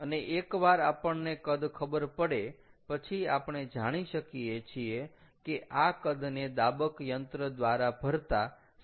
અને એકવાર આપણને કદ ખબર પડે પછી આપણે જાણી શકીએ છીએ કે આ કદને દાબક યંત્ર દ્વારા ભરતા 7